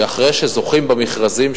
שאחרי שזוכים במכרזים,